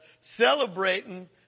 celebrating